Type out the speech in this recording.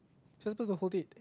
you're supposed to hold it